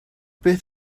beth